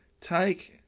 Take